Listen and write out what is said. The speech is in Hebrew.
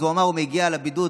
אז הוא אמר: הוא מגיע לבידוד,